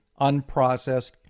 unprocessed